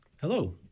Hello